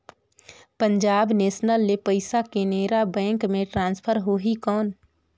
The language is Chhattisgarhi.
पंजाब नेशनल ले पइसा केनेरा बैंक मे ट्रांसफर होहि कौन?